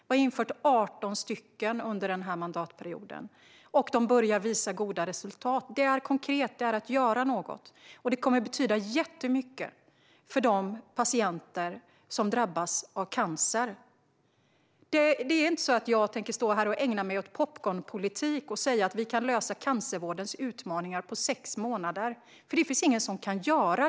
Vi har infört 18 sådana under mandatperioden, och de börjar visa goda resultat. Det är konkret, och det är att göra något. Det kommer att betyda jättemycket för de patienter som drabbas av cancer. Jag tänker inte stå här och ägna mig åt popcornpolitik och säga att vi kan lösa cancervårdens utmaningar på sex månader, för det finns det ingen som kan göra.